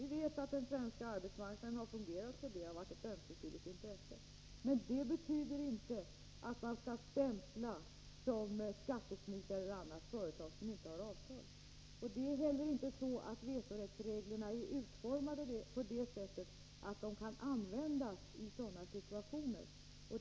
Vi vet att den svenska arbetsmarknaden har fungerat så och att det varit ett ömsesidigt intresse. Men det betyder inte att man skall stämpla såsom skattesmitare företag som inte har avtal. Vetorättsreglerna är inte heller utformade på det sättet att de kan användas i sådana situationer.